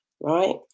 right